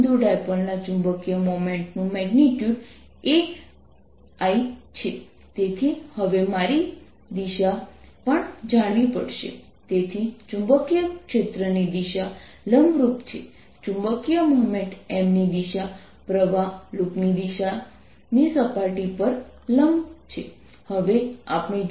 તમે જોશો કે તમે સમગ્ર M તરફ જુઓ તો તે મર્યાદિત છે અને પછી અચાનક નીચે જાય છે